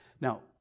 Now